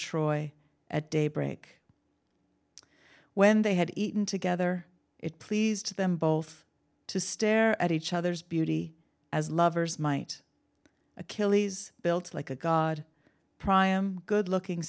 troy at daybreak when they had eaten together it pleased them both to stare at each other's beauty as lovers might achilles built like a god priam good looking